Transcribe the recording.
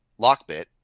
Lockbit